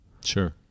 Sure